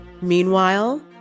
Meanwhile